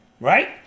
right